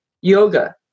yoga